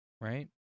Right